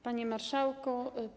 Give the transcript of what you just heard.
Panie Marszałku!